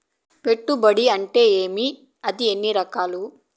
పెట్టుబడి అంటే ఏమి అది ఎన్ని రకాలు